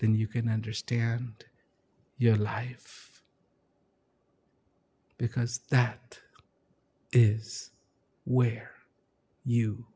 then you can understand your life because that is where you